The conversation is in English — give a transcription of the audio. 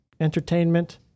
entertainment